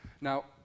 Now